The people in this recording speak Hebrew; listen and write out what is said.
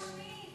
צריך להשמיד.